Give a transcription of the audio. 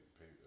pay